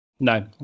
No